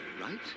right